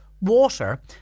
water